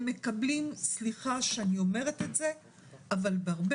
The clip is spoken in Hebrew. הם מקבלים סליחה שאני אומרת את זה - אבל בהרבה